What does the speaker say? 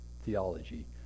theology